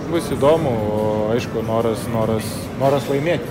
bus įdomu aišku noras noras noras laimėti